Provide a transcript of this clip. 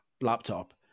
laptop